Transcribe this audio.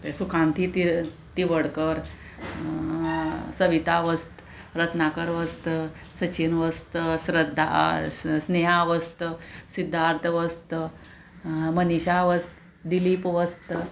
सुकांत ति तिवडकर सविता वस्त रत्नाकर वस्त सचीन वस्त श्रद्धा स्नेहा वस्त सिद्दार्थ वस्त मनीशा वस्त दिलीप वस्त